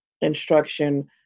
instruction